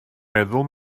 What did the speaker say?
meddwl